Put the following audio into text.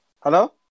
hello